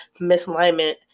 misalignment